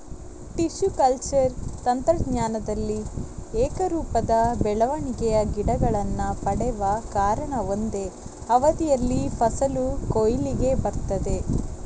tissue culture ತಂತ್ರಜ್ಞಾನದಲ್ಲಿ ಏಕರೂಪದ ಬೆಳವಣಿಗೆಯ ಗಿಡಗಳನ್ನ ಪಡೆವ ಕಾರಣ ಒಂದೇ ಅವಧಿಯಲ್ಲಿ ಫಸಲು ಕೊಯ್ಲಿಗೆ ಬರ್ತದೆ